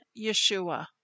Yeshua